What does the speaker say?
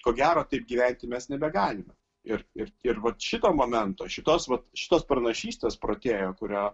ko gero taip gyventi mes nebegalime ir ir ir vat šito momento šitos vat šitos pranašystės protėjo kurią